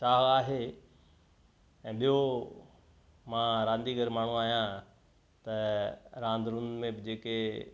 चाहु आहे ऐं ॿियो मां रांदीगर माण्हू आहियां त रांदि रुंद में बि जे के